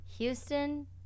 Houston